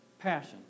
passion